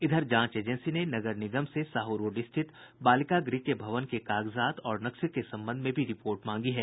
इधर जांच एजेंसी ने नगर निगम से साहू रोड स्थित बालिका गृह के भवन के कागजात और नक्शे के संबंध में भी रिपोर्ट मांगी है